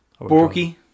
Borky